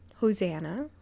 Hosanna